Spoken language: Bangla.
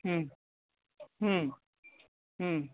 হুম হুম হুম